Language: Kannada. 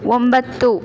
ಒಂಬತ್ತು